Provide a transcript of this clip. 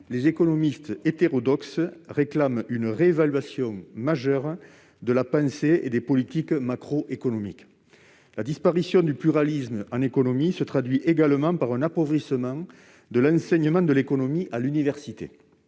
les économistes hétérodoxes réclament une réévaluation majeure de la pensée et des politiques macroéconomiques. La disparition du pluralisme en économie se traduit également par un appauvrissement de l'enseignement de l'économie à l'université.